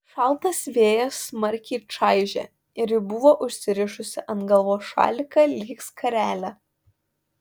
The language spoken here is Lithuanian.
šaltas vėjas smarkiai čaižė ir ji buvo užsirišusi ant galvos šaliką lyg skarelę